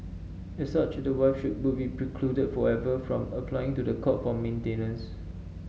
as such the wife would be precluded forever from applying to the court for maintenance